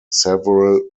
several